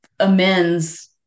amends